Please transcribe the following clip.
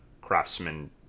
craftsman